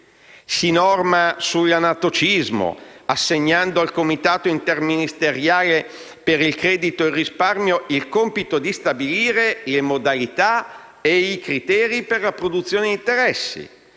in tema di anatocismo, assegnando al Comitato interministeriale per il credito e il risparmio il compito di stabilire le modalità e i criteri per la produzione di interessi,